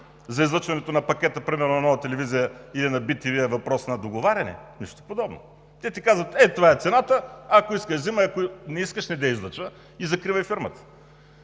за излъчването на пакета примерно на Нова телевизия или на БТВ е въпрос на договаряне?! Нищо подобно! Те ти казват: ето това е цената, ако искаш взимай, ако искаш недей излъчва и закривай фирмата.